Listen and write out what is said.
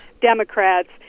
Democrats